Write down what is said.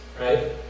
right